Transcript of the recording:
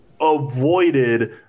avoided